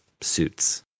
suits